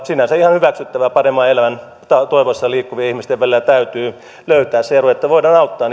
sinänsä ihan hyväksyttävää paremman elämän toivossa liikkuvien ihmisten välillä täytyy löytää se ero jotta voidaan auttaa